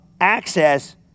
access